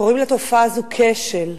קוראים לתופעה הזאת כשל,